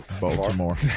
Baltimore